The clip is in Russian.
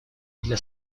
для